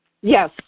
yes